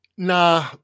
Nah